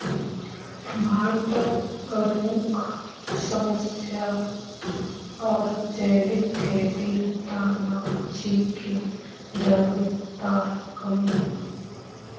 भारतत प्रमुख समस्या आर जैविक खेतीर त न छिके जागरूकतार कमी